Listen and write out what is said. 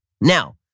Now